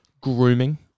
grooming